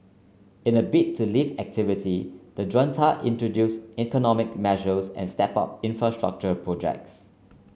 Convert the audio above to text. in a bid to lift activity the Junta introduced economic measures and stepped up infrastructure projects